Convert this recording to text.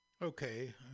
Okay